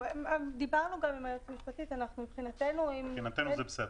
דיברנו עם היועצת המשפטית --- מבחינתנו זה בסדר.